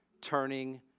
turning